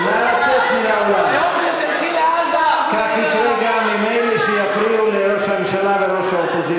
שידבר על עזה ולא על סוריה.